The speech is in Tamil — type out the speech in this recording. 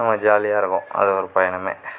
ஆமாம் ஜாலியாக இருக்கும் அது ஒரு பயணமே